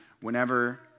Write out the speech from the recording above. whenever